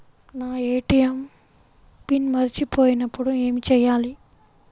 నా ATM pin మరచిపోయినప్పుడు ఏమి చేయాలి?